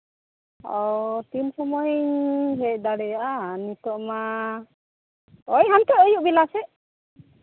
ᱚᱻ ᱛᱤᱱ ᱥᱚᱢᱚᱭ ᱤᱧ ᱦᱮᱡ ᱫᱟᱲᱮᱭᱟᱜᱼᱟ ᱱᱤᱛᱚᱜ ᱢᱟ ᱳᱭ ᱦᱟᱱᱛᱮ ᱟᱹᱵᱩᱭ ᱵᱮᱞᱟ ᱥᱮᱫ